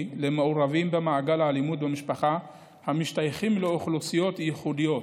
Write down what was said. למעורבים במעגל האלימות במשפחה המשתייכים לאוכלוסיות ייחודיות.